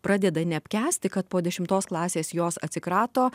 pradeda neapkęsti kad po dešimtos klasės jos atsikrato